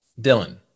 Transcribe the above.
dylan